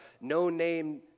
no-name